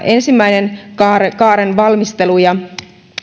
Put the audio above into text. ensimmäinen kaaren kaaren valmistelun